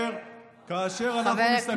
וכאשר אנחנו מסתכלים,